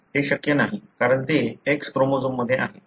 ते शक्य नाही कारण ते X क्रोमोझोममध्ये आहे